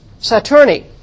Saturni